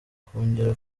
kongera